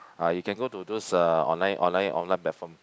ah you can go to those uh online online online platform